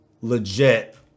Legit